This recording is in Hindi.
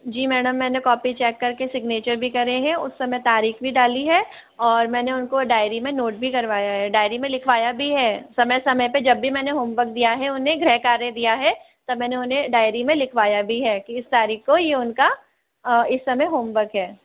जी मैडम मैंने कॉपी चेक कर के सिग्नेचर भी करें हैं उस समय तारीख भी डाली है और मैंने उनको डायरी में नोट भी करवाया है डायरी में लिखवाया भी है समय समय पे जब भी मैंने होमवर्क दिया है उन्हें गृह कार्य दिया है तब मैंने उन्हें डायरी में लिखवाया भी है कि इस तारिख को ये उनका इस समय होमवर्क है